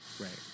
right